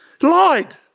Lied